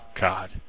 God